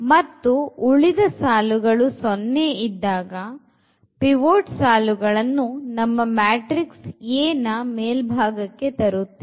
ಮತ್ತು ಉಳಿದ ಸಾಲುಗಳು 0 ಇದ್ದಾಗ pivot ಸಾಲುಗಳನ್ನು ನಮ್ಮ matrix A ನ ಮೇಲ್ಭಾಗಕ್ಕೆ ತರುತ್ತೇವೆ